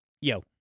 yo